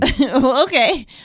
okay